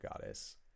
goddess